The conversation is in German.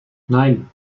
nein